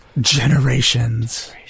generations